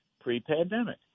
pre-pandemic